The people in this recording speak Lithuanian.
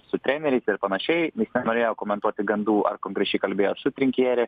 su treneriais ir panašiai jis nenorėjo komentuoti gandų ar konkrečiai kalbėjo ar su trinkieri